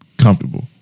Comfortable